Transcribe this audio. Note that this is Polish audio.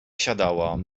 siadała